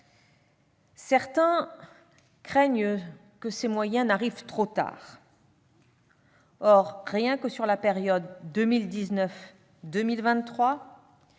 Certains craignent que ces moyens n'arrivent trop tard. Or, rien que sur la période 2019-2023,